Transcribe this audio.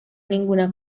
ninguna